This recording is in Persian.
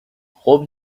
خوب